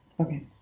okay